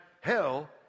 hell